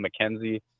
McKenzie